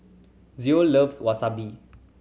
Zoe loves Wasabi